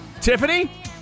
Tiffany